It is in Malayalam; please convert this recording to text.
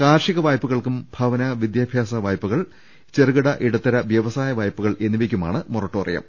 കാർഷിക വായ്പകൾക്കും ഭവന വിദ്യാഭ്യാസ വായ്പകൾ ചെറു കിട ഇടത്തര വൃവസായ വായ്പകൾ എന്നിവയ്ക്കാണ് മൊറട്ടോ റിയം